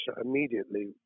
immediately